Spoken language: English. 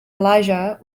elijah